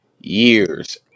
years